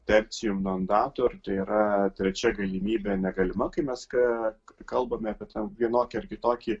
tercio non datur ar tai yra trečia galimybė negalima kai mes ką kalbame apie vienokį ar kitokį